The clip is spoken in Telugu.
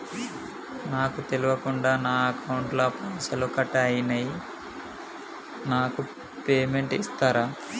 నాకు తెల్వకుండా నా అకౌంట్ ల పైసల్ కట్ అయినై నాకు స్టేటుమెంట్ ఇస్తరా?